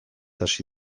hasi